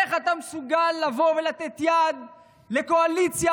איך אתה מסוגל לבוא ולתת יד לקואליציה